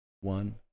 One